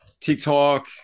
tiktok